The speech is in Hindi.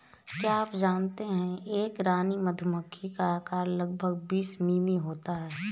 क्या आप जानते है एक रानी मधुमक्खी का आकार लगभग बीस मिमी होता है?